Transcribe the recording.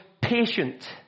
patient